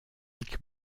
mike